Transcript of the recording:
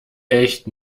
echt